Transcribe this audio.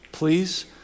please